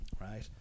right